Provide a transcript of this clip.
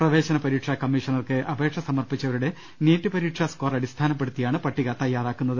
പ്രവേശന പരീക്ഷാ കമ്മീഷണർക്ക് അപേക്ഷ സമർപ്പിച്ചവരുടെ നീറ്റ് പരീക്ഷാ സ്കോർ അടിസ്ഥാന പ്പെടുത്തിയാണ് പട്ടിക തയ്യാറാക്കുന്നത്